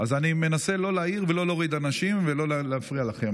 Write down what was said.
אז אני מנסה לא להעיר ולא להוריד אנשים ולא להפריע לכם.